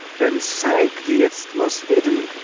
then sank the isthmus hidden,